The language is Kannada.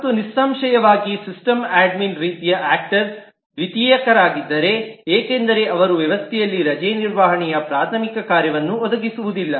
ಮತ್ತು ನಿಸ್ಸಂಶಯವಾಗಿ ಸಿಸ್ಟಮ್ ಅಡ್ಮಿನ್ ರೀತಿಯ ಆಕ್ಟರ್ ನರು ದ್ವಿತೀಯಕರಾಗಿದ್ದಾರೆ ಏಕೆಂದರೆ ಅವರು ವ್ಯವಸ್ಥೆಯಲ್ಲಿ ರಜೆ ನಿರ್ವಹಣೆಯ ಪ್ರಾಥಮಿಕ ಕಾರ್ಯವನ್ನು ಒದಗಿಸುವುದಿಲ್ಲ